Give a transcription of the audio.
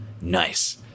Nice